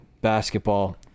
basketball